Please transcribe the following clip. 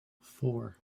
four